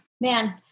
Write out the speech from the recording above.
man